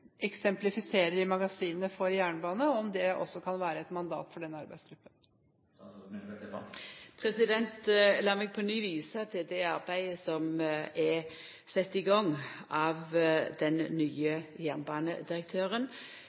eksemplifiserer i magasinet For Jernbane? Kan det også være et mandat for den arbeidsgruppen? Lat meg på ny visa til det arbeidet som er sett i gang av den nye jernbanedirektøren.